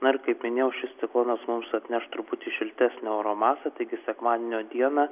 na ir kaip minėjau šis ciklonas mums atneš truputį šiltesnio oro masę taigi sekmadienio dieną